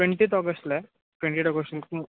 twenty-eight ऑगस्टला आहे twenty eight August